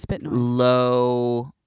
low